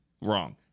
wrong